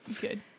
Good